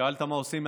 שאלת מה עושים.